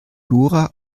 dora